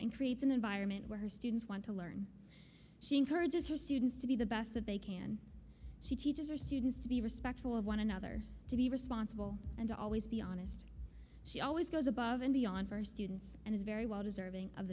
and creates an environment where her students want to learn she encourages her students to be the best that they can she teaches her students to be respectful of one another to be responsible and to always be honest she always goes above and beyond her students and is very well deserving of